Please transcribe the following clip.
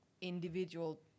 individual